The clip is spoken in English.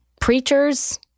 preachers